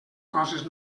coses